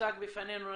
הוצגו בפנינו נתונים,